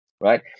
right